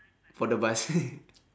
for the bus